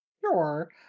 Sure